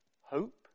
hope